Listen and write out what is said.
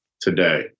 today